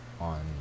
on